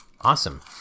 Awesome